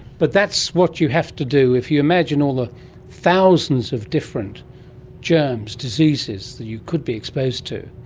but that's what you have to do. if you imagine all the thousands of different germs, diseases that you could be exposed to,